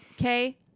Okay